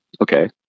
okay